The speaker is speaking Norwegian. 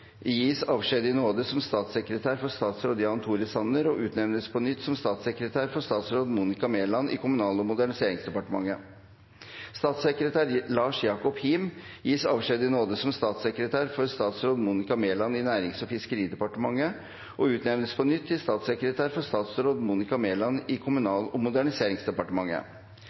gis avskjed i nåde som statssekretær for statsråd Jan Tore Sanner og utnevnes på nytt til statssekretær for statsråd Monica Mæland i Kommunal- og moderniseringsdepartementet. Statssekretær Lars Jacob Hiim gis avskjed i nåde som statssekretær for statsråd Monica Mæland i Nærings- og fiskeridepartementet og utnevnes på nytt til statssekretær for statsråd Monica Mæland i Kommunal- og moderniseringsdepartementet.